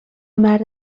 مرد